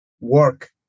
work